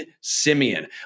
Simeon